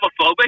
homophobic